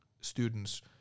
students